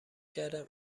کردم